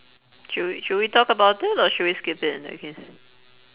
should we should we talk about it or should we skip it in that case